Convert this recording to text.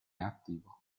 attivo